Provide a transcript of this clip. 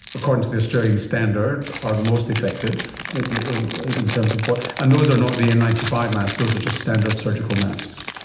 according to the australian standard, are the most effective in terms of what, and those are not the n nine five masks, those are just standard surgical masks.